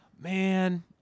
Man